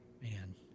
Man